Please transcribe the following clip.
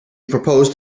proposed